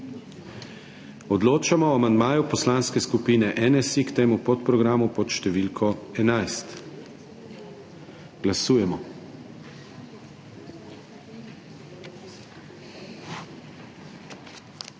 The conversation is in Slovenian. Odločamo o amandmaju Poslanske skupine SDS k temu podprogramu pod številko 1. Glasujemo.